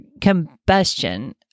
combustion